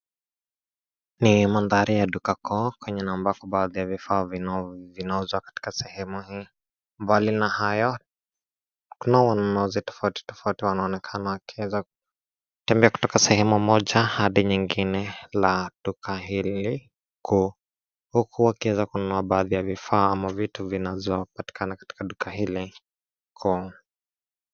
Ni mandhari ya duka kuu kwenye ambako baadhi ya vifaa vinauzwa katika sehemu hii, mbali na hayo kunao wanunuzi tofauti tofauti wanaoonekana wakiweza kutembea kutoka sehemu moja hadi nyingine la duka hili huku wakiweza kununua baadhi ya vifaa ama vitu vinavyopatikana katika duka hili kuu.